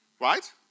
Right